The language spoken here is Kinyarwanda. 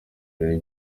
ibirori